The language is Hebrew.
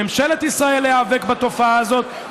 לממשלת ישראל להיאבק בתופעה הזאת.